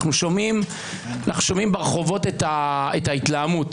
אנחנו שומעים ברחובות את ההתלהמות,